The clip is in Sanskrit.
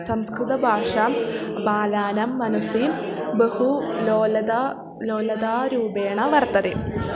संस्कृतभाषां बालानां मनसि बहु लोलता लोलतारूपेण वर्तते